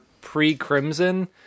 pre-crimson